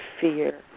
fear